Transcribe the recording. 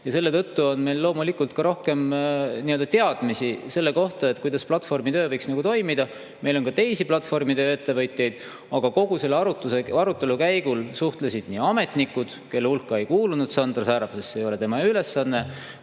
ja seetõttu on meil loomulikult ka rohkem teadmisi selle kohta, kuidas platvormitöö võiks toimuda. Meil on ka teisi platvormitöö ettevõtjaid. Aga kogu selle arutelu käigus suhtlesid nii ametnikud – kelle hulka ei kuulunud Sandra Särav, sest see ei ole tema ülesanne